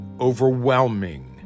overwhelming